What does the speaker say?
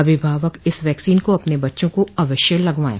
अभिभावक इस वैक्सीन को अपने बच्चों को अवश्य लगवाये